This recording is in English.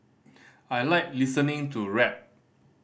I like listening to rap